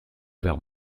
vers